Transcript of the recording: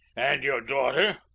and your daughter?